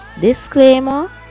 Disclaimer